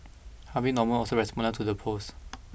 Harvey Norman also responded to the post